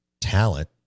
Talent